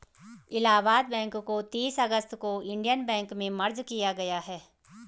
Allahabad bank को तीस अगस्त को इन्डियन बैंक में मर्ज किया गया है